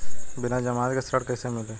बिना जमानत के ऋण कैसे मिली?